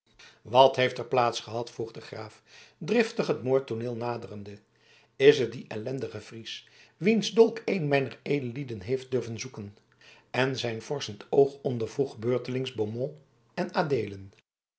wat heeft er plaats gehad vroeg de graaf driftig het moordtooneel naderende is het die ellendige fries wiens dolk een mijner edellieden heeft durven zoeken en zijn vorschend oog ondervroeg beurtelings beaumont en adeelen